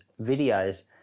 videos